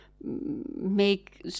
make